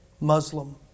Muslim